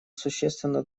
существенно